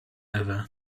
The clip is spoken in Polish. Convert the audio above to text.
ewę